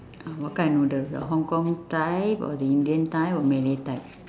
oh what kind noodle the hong-kong type or the indian type or malay type